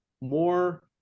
more